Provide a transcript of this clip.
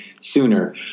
sooner